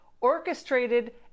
orchestrated